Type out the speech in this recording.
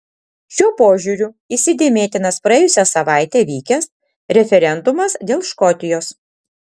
šiuo požiūriu įsidėmėtinas praėjusią savaitę vykęs referendumas dėl škotijos